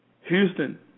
Houston